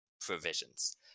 provisions